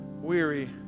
weary